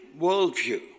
worldview